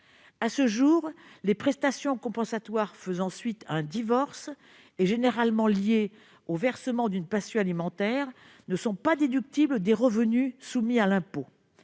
À ce jour, les prestations compensatoires faisant suite à un divorce, généralement liées au versement d'une pension alimentaire, ne sont pas déductibles des revenus soumis à l'impôt.